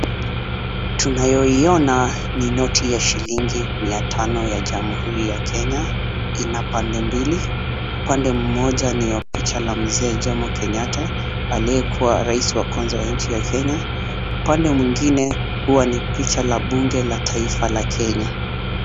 Tunayoiona ni noti ya shilingi mia tano ya Jamhuri ya Kenya. Ina pande mbili, upande mmoja ni wa picha ya mzee Jomo Kenyatta aliyekuwa rais ya kwanza wa nchi ya Kenya. Upande mwingine huwa ni picha la bunge la taifa la Kenya.